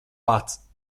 pats